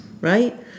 right